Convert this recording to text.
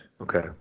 okay